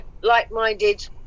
like-minded